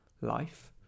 life